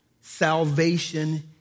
salvation